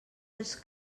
els